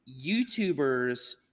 YouTubers